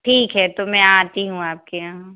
ठीक है तो मैं आती हूँ आपके यहाँ